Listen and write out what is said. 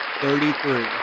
Thirty-three